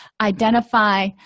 Identify